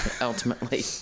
ultimately